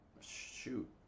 Shoot